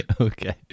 okay